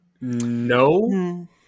No